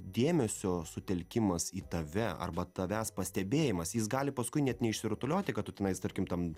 dėmesio sutelkimas į tave arba tavęs pastebėjimas jis gali paskui net neišsirutulioti kad tu tenais tarkim tam